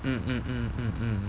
mm mm mm mm mm